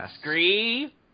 Scree